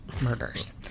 murders